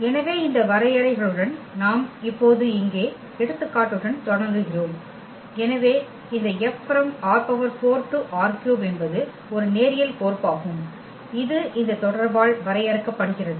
எனவே இந்த வரையறைகளுடன் நாம் இப்போது இங்கே எடுத்துக்காட்டுடன் தொடங்குகிறோம் இந்த F ℝ4 → ℝ3 என்பது ஒரு நேரியல் கோர்ப்பாகும் இது இந்த தொடர்பால் வரையறுக்கப்படுகிறது